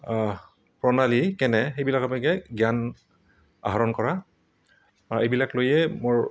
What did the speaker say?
প্ৰণালী কেনে সেইবিলাকৰ বিষয়ে জ্ঞান আহৰণ কৰা আৰু এইবিলাক লৈয়ে মোৰ